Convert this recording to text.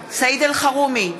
סעיד אלחרומי,